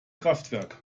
kraftwerk